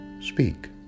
speak